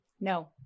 No